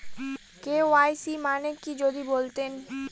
KYC মানে কি যদি বলতেন?